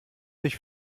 dich